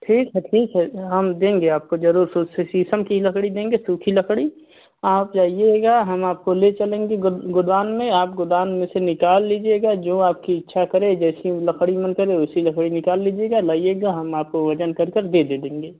ठीक है ठीक है हम देंगे आपको ज़रूर शीशम की ही लकड़ी देंगे सूखी लकड़ी आप आइएगा हम आपको ले चलेंगे गोदाम में आप गोदाम में से निकाल लीजिएगा जो आपकी इच्छा करे जैसी लकड़ी मन करे वैसी लकड़ी निकाल लीजिएगा लाइएगा हम आपको वज़न कर के दे दे देंगे